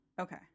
Okay